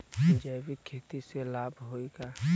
जैविक खेती से लाभ होई का?